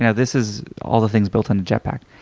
you know this is all the things built into jetpack.